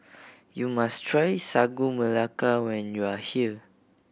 you must try Sagu Melaka when you are here